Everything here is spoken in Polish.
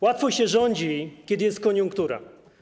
Łatwo się rządzi, kiedy jest koniunktura.